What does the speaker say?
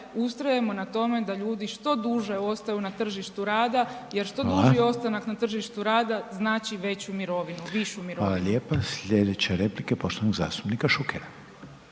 ustrajemo na tome da ljudi što duže ostaju na tržištu rada .../Upadica: Hvala./... jer što duži ostanak na tržištu rada, znači veću mirovinu, višu mirovinu. **Reiner, Željko (HDZ)** Hvala lijepa. Sljedeća replika je poštovanog zastupnika Šukera.